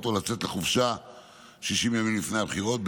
או לצאת לחופשה 60 ימים לפני הבחירות,